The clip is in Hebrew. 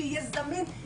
מי שצריך להתאשפז,